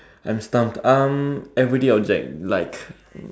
I'm stumped um everyday object like